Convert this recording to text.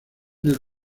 del